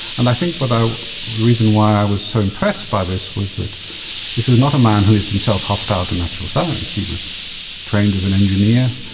and i think but the reason why i was so impressed by this was that this is not a man who is himself hostile to natural science. he was trained as an engineer,